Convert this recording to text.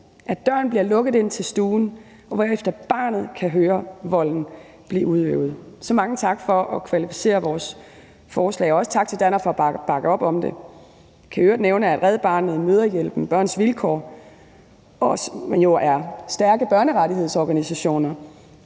at døren bliver lukket ind til stuen, hvorefter barnet kan høre volden blive udøvet. Så mange tak for at kvalificere vores forslag, og også tak til Danner for at bakke op om det. Jeg kan i øvrigt nævne, at Red Barnet, Mødrehjælpen og Børns Vilkår, som jo er stærke børnerettighedsorganisationer,